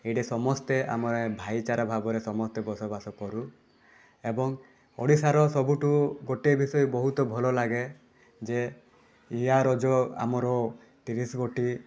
ଏଇଠି ସମସ୍ତେ ଆମ ଏ ଭାଇଚାରା ଭାବରେ ସମସ୍ତେ ବସବାସ କରୁ ଏବଂ ଓଡ଼ିଶାର ସବୁଠୁ ଗୋଟିଏ ବିଷୟ ବହୁତ ଭଲଲାଗେ ଯେ ଏହାର ଯେଉଁ ଆମର ତିରିଶ ଗୋଟି